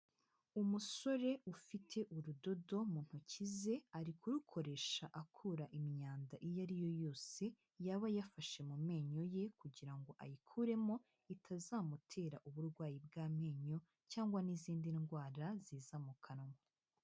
Umusore ufite urudodo mu ntoki ze, ari kurukoresha akura imyanda iyo ari yo yose yaba yafashe mu menyo ye kugira ngo ayikuremo, itazamutera uburwayi bw'amenyo cyangwa n'izindi ndwara ziza mu kanwa.